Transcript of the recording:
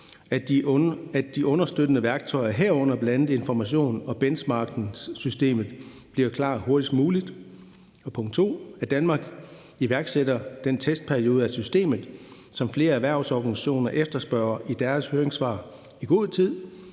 at de understøttende værktøjer, herunder bl.a. informations- og benchmarkingsystemet bliver klar hurtigst muligt. Som det andet vil vi opfordre til, at Danmark iværksætter den testperiode af systemet, som flere erhvervsorganisationer efterspørger i deres høringssvar, i god tid